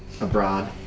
abroad